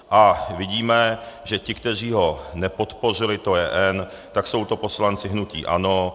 A vidíme, že ti, kteří ho nepodpořili, to je N, tak jsou to poslanci hnutí ANO.